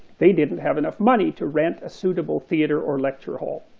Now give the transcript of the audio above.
they didn't have enough money to rent a suitable theater or lecture hall,